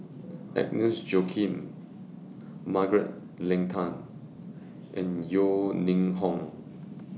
Agnes Joaquim Margaret Leng Tan and Yeo Ning Hong